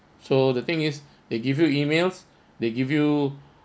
so the thing is they give you emails they give you